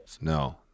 No